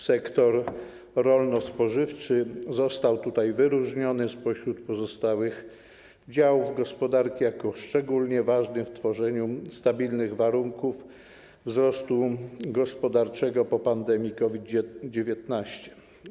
Sektor rolno-spożywczy został wyróżniony spośród pozostałych działów gospodarki jako szczególnie ważny w tworzeniu stabilnych warunków wzrostu gospodarczego po pandemii COVID-19.